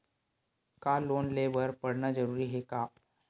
का लोन ले बर पढ़ना जरूरी हे का?